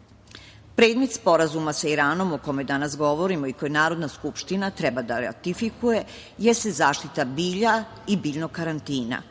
zemlje. Predmet Sporazuma sa Iranom o kome danas govorimo i koji Narodna skupština treba da ratifikuje jeste zaštita bilja i biljnog karantina.